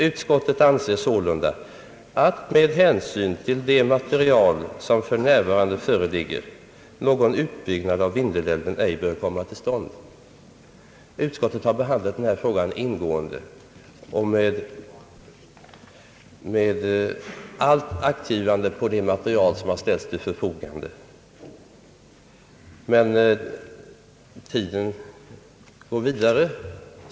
Utskottet anser sålunda att med hänsyn till det material som för närvarande föreligger, någon utbyggnad av Vindelälven ej bör komma till stånd.> Utskottet har behandlat denna fråga ingående och med allt aktgivande på det material, som ställts till förfogande. Men tiden går vidare.